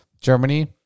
Germany